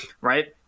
right